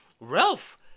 Ralph